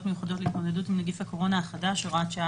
מיוחדות להתמודדות עם נגיף הקורונה החדש (הוראת שעה),